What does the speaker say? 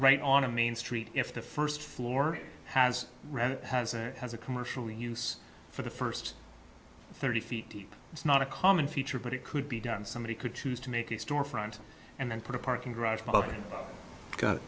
right on a main street if the first floor has has or has a commercial use for the first thirty feet deep it's not a common feature but it could be done somebody could choose to make a storefront and then put a parking garage